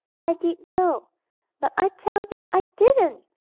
i did though but i tell you i didn't!